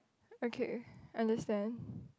okay understand